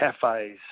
Cafes